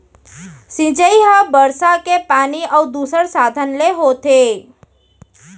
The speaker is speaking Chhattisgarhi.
सिंचई ह बरसा के पानी अउ दूसर साधन ले होथे